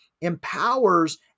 empowers